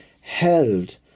held